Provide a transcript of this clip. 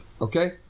Okay